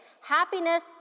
Happiness